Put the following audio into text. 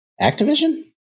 Activision